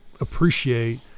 appreciate